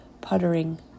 puttering